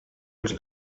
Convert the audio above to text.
els